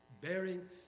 bearing